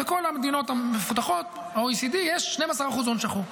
בכל המדינות המפותחות, ה-OECD, יש 12% הון שחור.